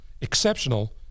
exceptional